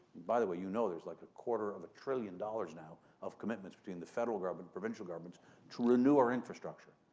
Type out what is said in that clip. by the way, you know there's like a quarter of a trillion dollars now of commitments between the federal government, provincial governments to renew our infrastructure.